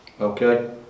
Okay